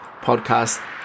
podcast